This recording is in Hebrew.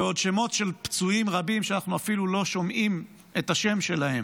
ועוד שמות של פצועים רבים שאנחנו אפילו לא שומעים את השם שלהם,